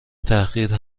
تحقیر